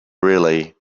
really